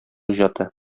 иҗаты